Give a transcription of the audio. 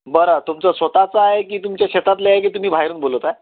बरं तुमचं स्वतःचा आहे की तुमच्या शेतातलं आहे की तुम्ही बाहेरून बोलवत आहे